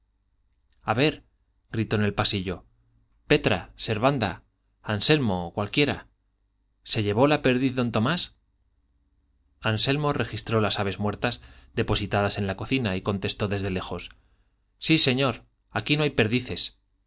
escape a ver gritó en el pasillo petra servanda anselmo cualquiera se llevó la perdiz don tomás anselmo registró las aves muertas depositadas en la cocina y contestó desde lejos sí señor aquí no hay perdices